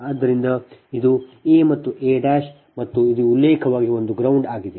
ಆದ್ದರಿಂದ ಇದು a ಮತ್ತು a ಮತ್ತು ಇದು ಉಲ್ಲೇಖವಾಗಿ ಒಂದು ground ಆಗಿದೆ